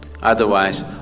Otherwise